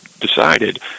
decided